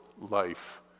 life